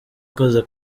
kose